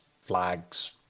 flags